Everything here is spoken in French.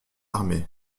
armée